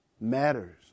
matters